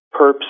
perps